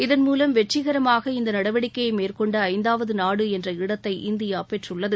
இதன் மூலம் வெற்றிகரமாக இந்த நடவடிக்கையை மேற்கொண்ட ஐந்தாவது நாடு என்ற இடத்தை இந்தியா பெற்றுள்ளது